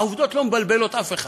העובדות לא מבלבלות אף אחד.